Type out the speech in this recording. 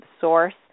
source